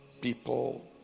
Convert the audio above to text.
people